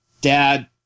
dad